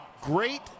great